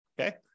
okay